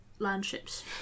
landships